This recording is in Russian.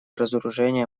разоружение